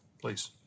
Please